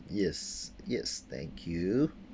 yes yes thank you